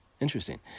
Interesting